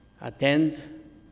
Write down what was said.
Attend